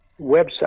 website